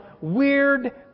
weird